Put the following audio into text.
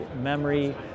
memory